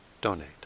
donate